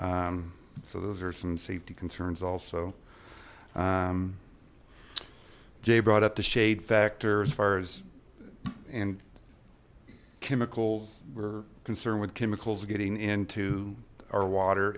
s so those are some safety concerns also jay brought up the shade factor as far as and chemicals were concerned with chemicals getting into our water